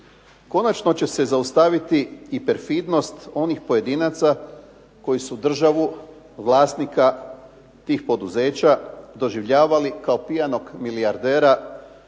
Konačno će se zaustaviti i perfidnost onih pojedinaca koji su državu, vlasnika tih poduzeća doživljavali kao pijanog milijardera,